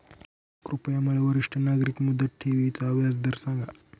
कृपया मला वरिष्ठ नागरिक मुदत ठेवी चा व्याजदर सांगा